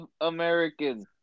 American